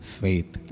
faith